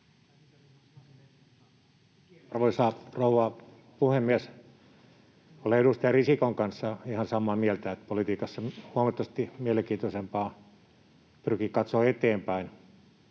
Arvoisa rouva puhemies! Olen edustaja Risikon kanssa ihan samaa mieltä, että politiikassa huomattavasti mielenkiintoisempaa on pyrkiä katsomaan eteenpäin.